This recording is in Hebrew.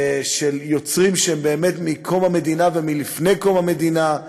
של יוצרים שהם באמת מקום המדינה ולפני קום המדינה.